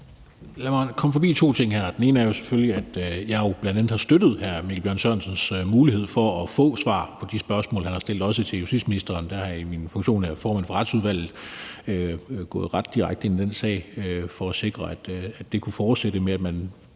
Lad mig komme forbi to ting her. Den ene er selvfølgelig, at jeg jo bl.a. har støttet hr. Mikkel Bjørns mulighed for at få svar på de spørgsmål, han har stillet, også til justitsministeren. Der er jeg i min funktion af formand for Retsudvalget gået ret direkte ind i den sag for at sikre, at det kunne fortsætte med, at man